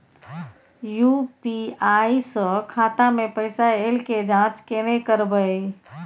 UPI स खाता मे पैसा ऐल के जाँच केने करबै?